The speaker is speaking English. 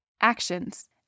Actions